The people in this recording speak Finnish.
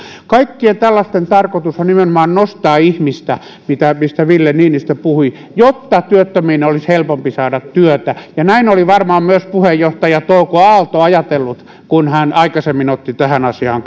kaikkien tällaisten tarkoitus on nimenomaan nostaa ihmistä mistä ville niinistö puhui jotta työttömien olisi helpompi saada työtä ja näin oli varmaan myös puheenjohtaja touko aalto ajatellut kun hän aikaisemmin otti tähän asiaan